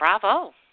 bravo